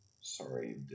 Sorry